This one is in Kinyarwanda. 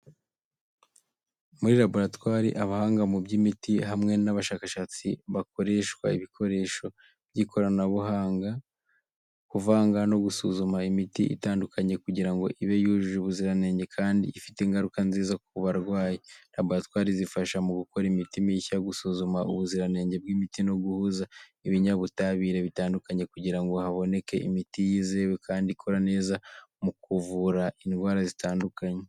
Muri laboratwari, abahanga mu by’imiti hamwe n’abashakashatsi bakoreshwa ibikoresho by’ikoranabuhanga mu kuvanga no gusuzuma imiti itandukanye kugira ngo ibe yujuje ubuziranenge kandi ifie ingaruka nziza ku barwayi. Laboratwari zifasha mu gukora imiti mishya, gusuzuma ubuziranenge bw’imiti, no guhuza ibinyabutabire bitandukanye kugira ngo haboneke imiti yizewe kandi ikora neza mu kuvura indwara zitandukanye.